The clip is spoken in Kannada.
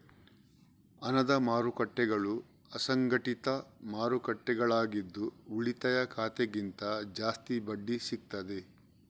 ಹಣದ ಮಾರುಕಟ್ಟೆಗಳು ಅಸಂಘಟಿತ ಮಾರುಕಟ್ಟೆಗಳಾಗಿದ್ದು ಉಳಿತಾಯ ಖಾತೆಗಿಂತ ಜಾಸ್ತಿ ಬಡ್ಡಿ ಸಿಗ್ತದೆ